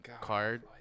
card